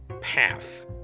path